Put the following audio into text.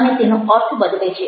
અને તેનો અર્થ બદલે છે